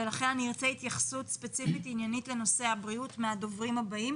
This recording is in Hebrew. ולכן אני ארצה התייחסות ספציפית עניינית לנושא הבריאות מהדוברים הבאים.